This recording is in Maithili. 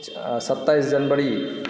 सत्ताइस जनवरी